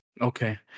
Okay